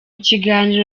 kiganiro